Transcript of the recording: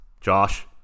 Josh